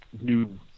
New